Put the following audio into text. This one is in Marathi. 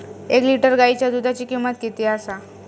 एक लिटर गायीच्या दुधाची किमंत किती आसा?